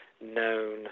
known